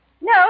No